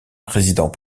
résidant